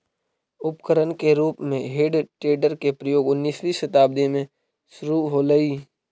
उपकरण के रूप में हेइ टेडर के प्रयोग उन्नीसवीं शताब्दी में शुरू होलइ